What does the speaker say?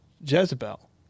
Jezebel